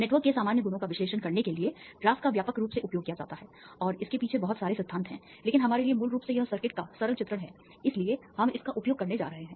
network के सामान्य गुणों का विश्लेषण करने के लिए ग्राफ़ का व्यापक रूप से उपयोग किया जाता है और इसके पीछे बहुत सारे सिद्धांत हैं लेकिन हमारे लिए मूल रूप से यह सर्किट का सरल चित्रण है इसलिए हम इसका उपयोग करने जा रहे हैं